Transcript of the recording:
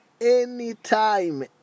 anytime